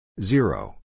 zero